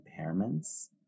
impairments